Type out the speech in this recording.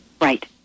Right